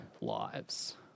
lives